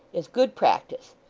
is good practice.